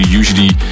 usually